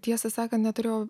tiesą sakant neturėjau